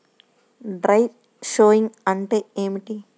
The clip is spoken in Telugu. డ్రై షోయింగ్ అంటే ఏమిటి?